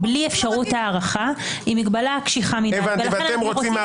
אבל בלי חזקה ראייתית אני לא מוכן בלי זה.